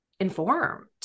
informed